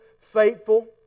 faithful